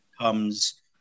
comes